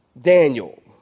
Daniel